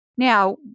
Now